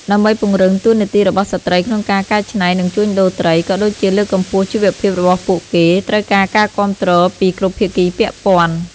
ដើម្បីពង្រឹងតួនាទីរបស់ស្ត្រីក្នុងការកែច្នៃ និងជួញដូរត្រី ក៏ដូចជាលើកកម្ពស់ជីវភាពរបស់ពួកគេ ត្រូវការការគាំទ្រពីគ្រប់ភាគីពាក់ព័ន្ធ។